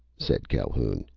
said calhoun,